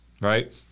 right